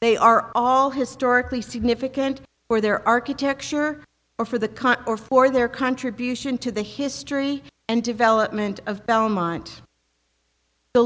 they are all historically significant for their architecture or for the car or for their contribution to the history and development of belmont the